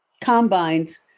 combines